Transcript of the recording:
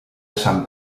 sant